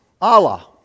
Allah